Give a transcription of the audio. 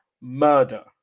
murder